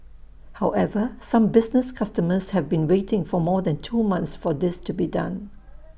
however some business customers have been waiting more than two months for this to be done